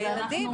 רופא ילדים.